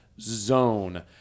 zone